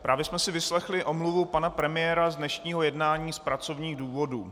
Právě jsme si vyslechli omluvu pana premiéra z dnešního jednání z pracovních důvodů.